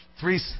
Three